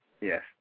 Yes